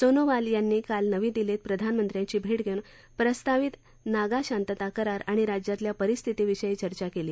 सोनोवाल यांनी काल नवी दिल्लीत प्रधानमंत्र्यांची भेट घेऊन प्रस्तावित नागा शांतता करार आणि राज्यातल्या परिस्थितीविषयी चर्चा केली